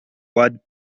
word